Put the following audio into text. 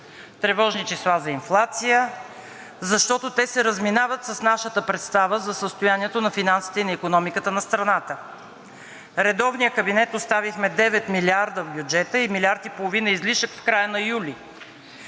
тревожни числа за инфлация, защото те се разминават с нашата представа за състоянието на финансите и на икономиката на страната. Редовният кабинет оставихме 9 милиарда в бюджета и милиард и половина излишък в края на юли.